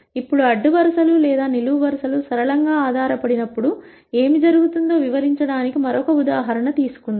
ఇప్పుడు అడ్డు వరుసలు లేదా నిలువు వరుసలు సరళంగా ఆధారపడినప్పుడు ఏమి జరుగుతుందో వివరించడానికి మరొక ఉదాహరణ తీసుకుందాం